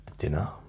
Dinner